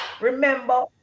remember